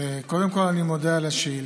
מכובדיי, אני מסכים.